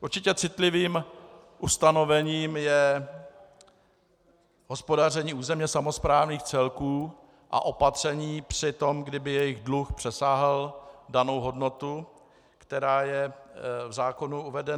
Určitě citlivým ustanovením je hospodaření územně samosprávných celků a opatření při tom, kdy by jejich dluh přesáhl danou hodnotu, která je v zákonu uvedená.